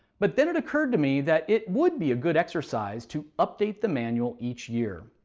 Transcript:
but then it occurred to me that it would be a good exercise to update the manual each year.